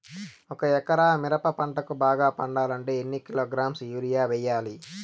ఒక ఎకరా మిరప పంటకు బాగా పండాలంటే ఎన్ని కిలోగ్రామ్స్ యూరియ వెయ్యాలి?